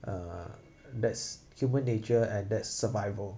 uh that's human nature at that survival